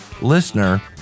listener